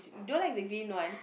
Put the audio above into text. you don't like the green one